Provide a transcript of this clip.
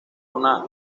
una